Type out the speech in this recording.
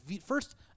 first